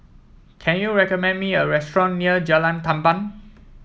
can you recommend me a restaurant near Jalan Tamban